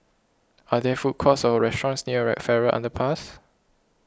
are there food courts or restaurants near Farrer Underpass